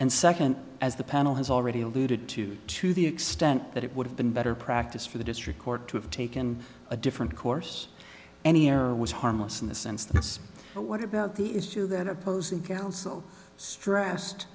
and second as the panel has already alluded to to the extent that it would have been better practice for the district court to have taken a different course any error was harmless in the sense that it's what about the issue that opposing counsel stressed